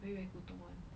very very 古董 [one]